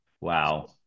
wow